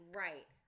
right